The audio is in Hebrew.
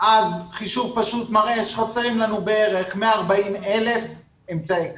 אז חישוב פשוט מראה שחסרים לנו בערך 140,000 אמצעי קצה.